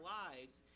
lives